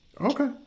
Okay